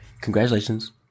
congratulations